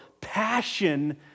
passion